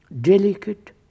delicate